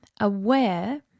aware